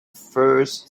first